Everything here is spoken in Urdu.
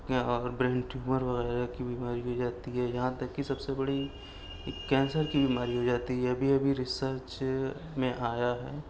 یا اور برین ٹیومر وغیرہ کی بیماری بھی ہو جاتی ہے یہاں تک کہ سب سے بڑی ایک کینسر کی بیماری ہو جاتی ہے ابھی ابھی ریسرچ میں آیا ہے